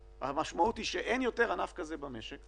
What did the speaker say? המשמעות היא שאין יותר ענף כזה במשק,